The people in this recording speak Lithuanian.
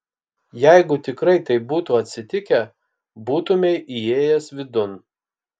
jeigu tikrai taip būtų atsitikę būtumei įėjęs vidun